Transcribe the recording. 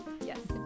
Yes